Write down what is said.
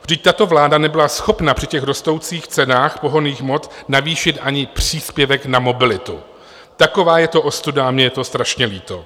Vždyť tato vláda nebyla schopna při rostoucích cenách pohonných hmot navýšit ani příspěvek na mobilitu, taková je to ostuda a mně je to strašně líto.